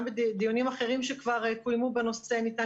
גם בדיונים אחרים שהתקיימו בנושא ניתן